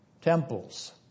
temples